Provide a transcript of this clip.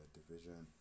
division